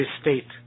state